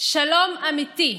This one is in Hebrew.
שלום אמיתי,